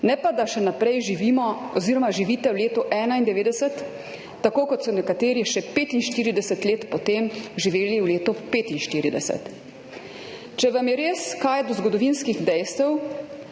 ne pa, da še naprej živimo oziroma živite v letu 1991, tako kot so nekateri še 45 let potem živeli v letu 1945. Če vam je res kaj do zgodovinskih dejstev,